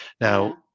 Now